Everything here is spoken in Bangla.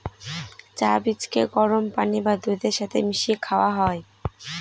চা বীজকে গরম পানি বা দুধের সাথে মিশিয়ে খাওয়া হয়